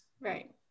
Right